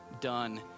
done